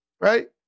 right